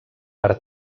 per